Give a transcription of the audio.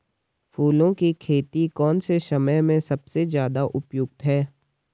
फूलों की खेती कौन से समय में सबसे ज़्यादा उपयुक्त है?